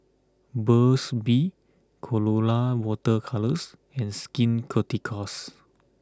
Burt's bee Colora Water Colours and Skin Ceuticals